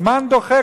הזמן דוחק,